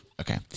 Okay